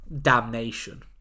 damnation